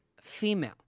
female